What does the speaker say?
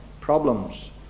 problems